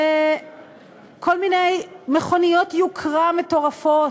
בכל מיני מכוניות יוקרה מטורפות,